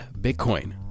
Bitcoin